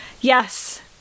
yes